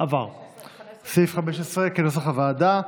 סעיף 15, כנוסח הוועדה,